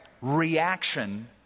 reaction